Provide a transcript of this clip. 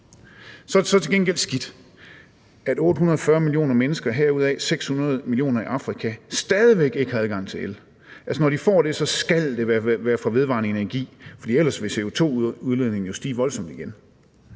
Så er det til gengæld skidt, at 840 millioner mennesker, heraf 600 millioner i Afrika, stadig væk ikke har adgang til el. Når de får det, skal det være fra vedvarende energi, for ellers vil CO2-udledningen jo stige voldsomt igen.